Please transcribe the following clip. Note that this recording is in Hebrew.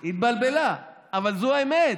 היא התבלבלה, אבל זו האמת: